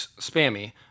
spammy